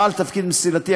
"בעל תפקיד מסילתי",